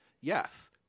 yes